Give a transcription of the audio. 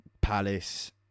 Palace